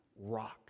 rock